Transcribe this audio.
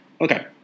Okay